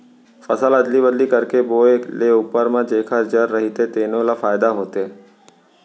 फसल अदली बदली करके बोए ले उप्पर म जेखर जर रहिथे तेनो ल फायदा होथे